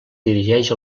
dirigeix